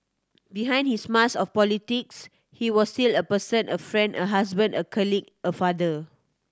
behind his mask of politics he was still a person a friend a husband a colleague a father